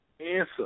answer